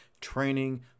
training